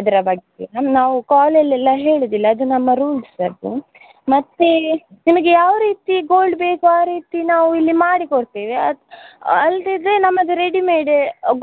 ಅದರ ಬಗ್ಗೆ ನಾವು ಕಾಲಲ್ಲೆಲ್ಲ ಹೇಳೋದಿಲ್ಲ ಅದು ನಮ್ಮ ರೂಲ್ಸ್ ಅದು ಮತ್ತು ನಿಮಗೆ ಯಾವ ರೀತಿ ಗೋಲ್ಡ್ ಬೇಕು ಆ ರೀತಿ ನಾವು ಇಲ್ಲಿ ಮಾಡಿಕೊಡ್ತೇವೆ ಅಲ್ಲದಿದ್ರೆ ನಮ್ಮದು ರೆಡಿಮೇಡ್